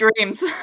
dreams